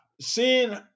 seeing